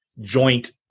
joint